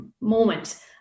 moment